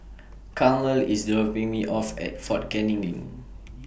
Carmel IS dropping Me off At Fort Canning LINK